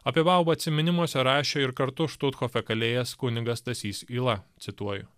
apie baubą atsiminimuose rašė ir kartu štuthofe kalėjęs kunigas stasys yla cituoju